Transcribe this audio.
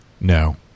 No